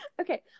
okay